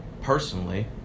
personally